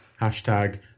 Hashtag